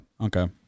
okay